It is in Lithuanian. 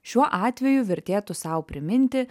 šiuo atveju vertėtų sau priminti